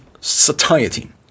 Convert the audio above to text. satiety